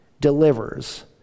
delivers